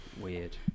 Weird